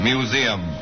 Museum